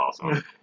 awesome